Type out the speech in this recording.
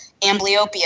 amblyopia